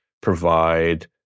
provide